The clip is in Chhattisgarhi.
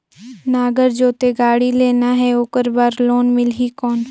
नागर जोते गाड़ी लेना हे ओकर बार लोन मिलही कौन?